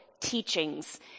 teachings